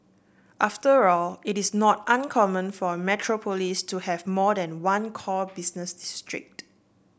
after all it is not uncommon for a metropolis to have more than one core business district